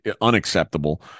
unacceptable